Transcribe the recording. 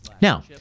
Now